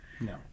No